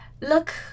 look